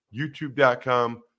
YouTube.com